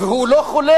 והוא לא חולם.